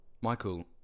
Michael